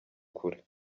kure